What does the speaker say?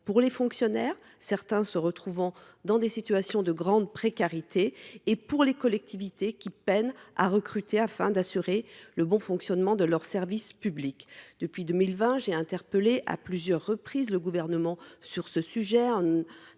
pour les fonctionnaires, certains se retrouvant dans des situations de grande précarité, et pour les collectivités, qui peinent à recruter afin d’assurer le bon fonctionnement de leurs services publics. Depuis 2020, j’ai interpellé à plusieurs reprises le Gouvernement sur ce sujet